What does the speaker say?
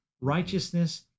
righteousness